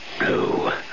No